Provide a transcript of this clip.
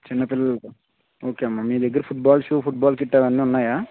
చిన్నపిల్లలతో ఒకేమ్మా మీదగ్గర ఫుట్బాల్ షూ ఫుట్బాల్ కిట్ అవన్నీ ఉన్నాయా